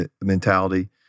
mentality